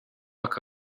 aka